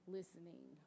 listening